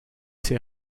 c’est